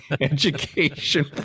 education